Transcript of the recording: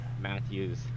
Matthew's